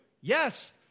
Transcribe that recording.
yes